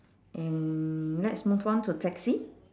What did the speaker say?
and let's move on to taxi